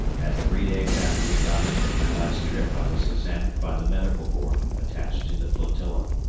as three days after we got in from my last trip i was examined by the medical board attached to the flotilla.